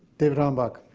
david om-bok.